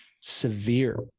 severe